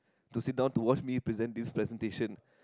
to sit down to watch me present this presentation